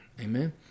Amen